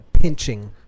pinching